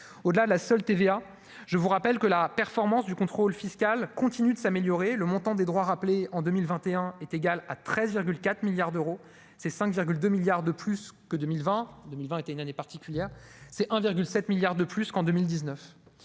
oh la la seule TVA je vous rappelle que la performance du contrôle fiscal continue de s'améliorer, le montant des droits rappelés en 2021 est égal à 13,4 milliards d'euros, c'est 5,2 milliards de plus que 2020, 2020 était une année particulière, c'est 1 virgule 7 milliards de plus qu'en 2019